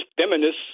feminists